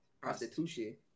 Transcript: Prostitution